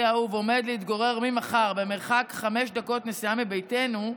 האהוב עומד להתגורר ממחר במרחק חמש דקות נסיעה מביתנו,